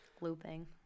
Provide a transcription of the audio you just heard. looping